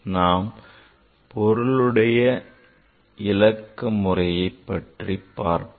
நாம் பொருளுடையவிலக்க முறையைப் பற்றிப் பார்ப்போம்